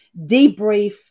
debrief